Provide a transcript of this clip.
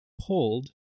pulled